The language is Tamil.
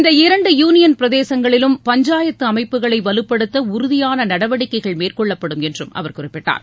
இந்த இரண்டு யூனியன் பிரதேசங்களிலும் பஞ்சாயத்து அமைப்புகளை வலுப்படுத்த உறுதியான நடவடிக்கைகள் மேற்கொள்ளப்படும் என்று அவர் குறிப்பிட்டார்